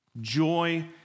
joy